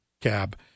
cab